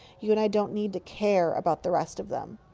you and i don't need to care about the rest of them.